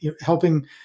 helping